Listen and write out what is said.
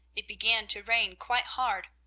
it began to rain quite hard.